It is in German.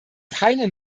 keine